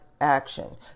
Action